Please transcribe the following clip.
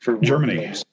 Germany